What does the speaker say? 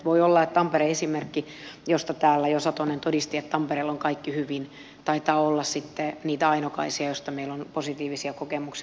voi olla että tampereen esimerkki josta täällä jo satonen todisti että tampereella on kaikki hyvin taitaa olla sitten niitä ainokaisia joista meillä on positiivisia kokemuksia